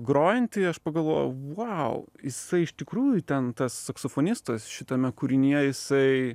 grojantį aš pagalvojau vau jisai iš tikrųjų ten tas saksofonistas šitame kūrinyje jisai